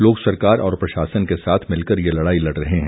लोग सरकार और प्रशासन के साथ मिलकर यह लड़ाई लड़ रहे हैं